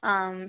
ആം